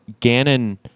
Ganon